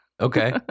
okay